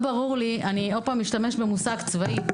עוד פעם אני אשתמש במושג צבאי,